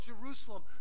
Jerusalem